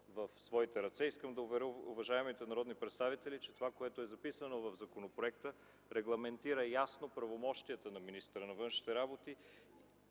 в своите ръце. Искам да уверя уважаемите народни представители, че записаното в законопроекта ясно регламентира правомощията на министъра на външните работи